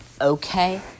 okay